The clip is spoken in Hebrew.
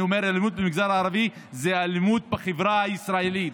ואני אומר שהאלימות במגזר הערבי זו אלימות בחברה הישראלית,